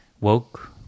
woke